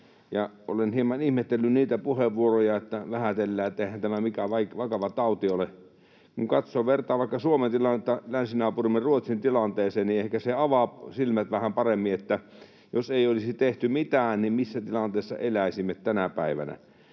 olen hieman ihmetellyt niitä puheenvuoroja, joissa vähätellään sitä niin, että eihän se mikään vakava tauti ole. Kun vertaa Suomen tilannetta vaikka länsinaapurimme Ruotsin tilanteeseen, niin ehkä se avaa silmät vähän paremmin sille, että jos ei olisi tehty mitään, niin missä tilanteessa eläisimme tänä päivänä.